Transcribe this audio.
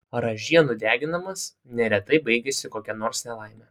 ražienų deginimas neretai baigiasi kokia nors nelaime